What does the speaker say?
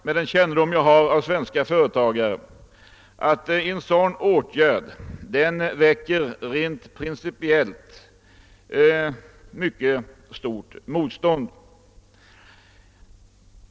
Med den kännedom jag har om svenska företagare tror jag mig kunna säga, att en sådan etablering rent principiellt väcker mycket starkt motstånd.